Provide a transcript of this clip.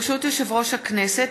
ברשות יושב-ראש הכנסת,